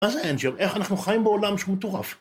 מה זה אנג'ר? איך אנחנו חיים בעולם שהוא מטורף?